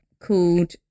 called